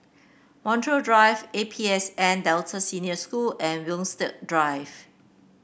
Montreal Drive A P S N Delta Senior School and Winstedt Drive